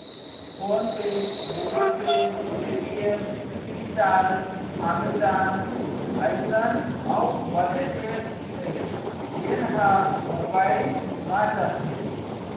phone पे, Google Pay, Paytm, Freecharge, Amazon अइसन अउ बनेच ऐप्स हे जेन ह मोबाईल म चलथे